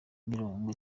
mirongo